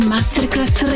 Masterclass